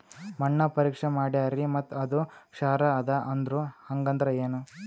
ಮಣ್ಣ ಪರೀಕ್ಷಾ ಮಾಡ್ಯಾರ್ರಿ ಮತ್ತ ಅದು ಕ್ಷಾರ ಅದ ಅಂದ್ರು, ಹಂಗದ್ರ ಏನು?